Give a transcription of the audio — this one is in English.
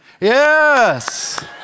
Yes